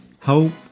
Hope